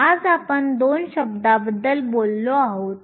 तर आज आपण 2 शब्दाबद्दल बोललो आहोत